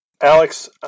Alex